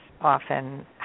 often